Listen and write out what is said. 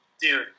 Dude